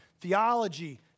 theology